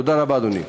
תודה רבה, אדוני.